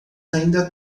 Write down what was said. ainda